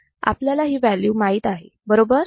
आपल्याला ही व्हॅल्यू माहित आहे बरोबर